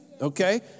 Okay